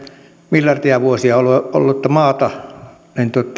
miljardeja vuosia ollutta maata